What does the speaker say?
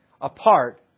apart